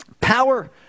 power